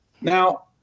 Now